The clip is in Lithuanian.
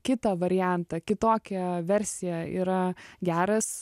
kitą variantą kitokią versiją yra geras